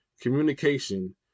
communication